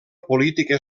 política